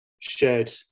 shared